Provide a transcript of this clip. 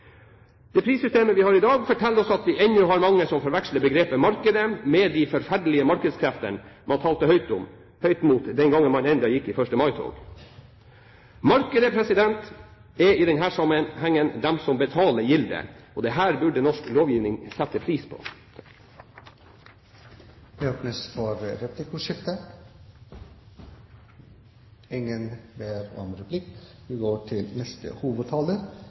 Det prissystemet vi har i dag, forteller oss at vi ennå har mange som forveksler begrepet markedet med de forferdelige markedskreftene man talte høyt mot den gangen man ennå gikk i 1. mai-tog. Markedet er i denne sammenhengen de som betaler gildet. Det burde norsk lovgivning sette pris på. Råfisklova er eit heilt sentralt verktøy i norsk fiskeripolitikk. Ho har over tid skapt stabilitet for fiskarane, sjølv om